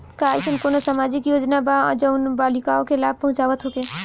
का एइसन कौनो सामाजिक योजना बा जउन बालिकाओं के लाभ पहुँचावत होखे?